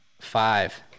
Five